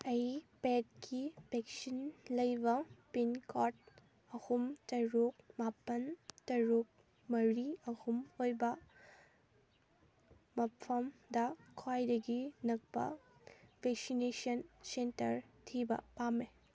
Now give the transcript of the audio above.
ꯑꯩ ꯄꯦꯗꯀꯤ ꯚꯦꯛꯁꯤꯟ ꯂꯩꯕ ꯄꯤꯟꯀꯣꯗ ꯑꯍꯨꯝ ꯇꯔꯨꯛ ꯃꯥꯄꯜ ꯇꯔꯨꯛ ꯃꯔꯤ ꯑꯍꯨꯝ ꯑꯣꯏꯕ ꯃꯐꯝꯗ ꯈ꯭ꯋꯥꯏꯗꯒꯤ ꯅꯛꯄ ꯚꯦꯛꯁꯤꯟꯅꯦꯁꯟ ꯁꯦꯟꯇꯔ ꯊꯤꯕ ꯄꯥꯝꯃꯦ